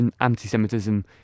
anti-Semitism